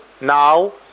now